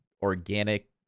organic